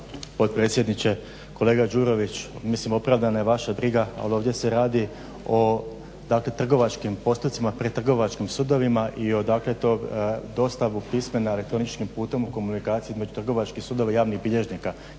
Hvala i vama.